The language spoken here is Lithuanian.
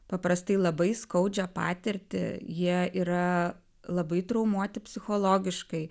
paprastai labai skaudžią patirtį jie yra labai traumuoti psichologiškai